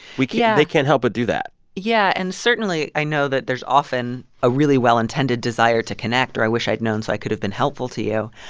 we can't they can't help but do that yeah. and certainly, i know that there's often a really well-intended desire to connect or wish i'd known so i could have been helpful to you.